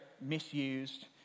misused